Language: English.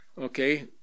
okay